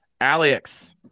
Alex